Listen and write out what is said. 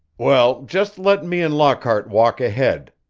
well, just let me and lockhart walk ahead,